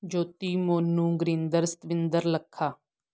Jyoti Monu Gurinder Satwinder Lakha